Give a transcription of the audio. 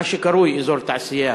מה שקרוי אזור תעשייה.